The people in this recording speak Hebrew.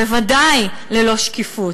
בוודאי ללא שקיפות,